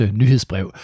nyhedsbrev